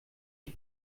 ich